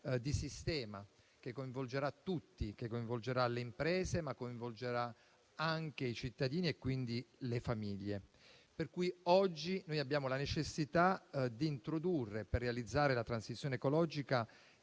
di sistema che coinvolgerà tutti: le imprese, ma anche i cittadini e quindi le famiglie. Oggi noi abbiamo la necessità di introdurre, per realizzare la transizione ecologica,